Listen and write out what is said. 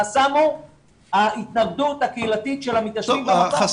החסם הוא ההתנגדות הקהילתית של המתיישבים במקום.